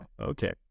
okay